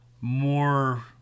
more